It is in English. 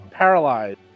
Paralyzed